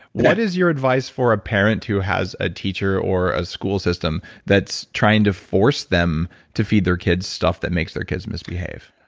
what is your advice for a parent who has a teacher or a school system that's trying to force them to feed their kids' stuff that makes their kids misbehave?